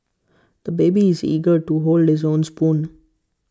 the baby is eager to hold his own spoon